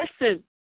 listen